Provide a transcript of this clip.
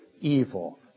evil